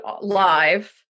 live